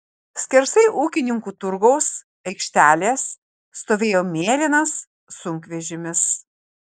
skersai ūkininkų turgaus aikštelės stovėjo mėlynas sunkvežimis